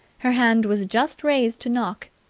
her hand was just raised to knock,